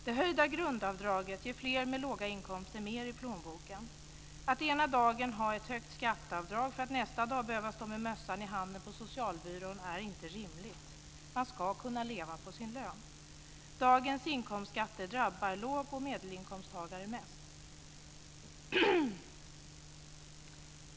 Det höjda grundavdraget ger fler med låga inkomster mer i plånboken. Att ena dagen ha ett högt skatteavdrag för att nästa dag behöva stå med mössan i hand på socialbyrån är inte rimligt. Man ska kunna leva på sin lön. Dagens inkomstskatter drabbar lågoch medelinkomsttagare mest.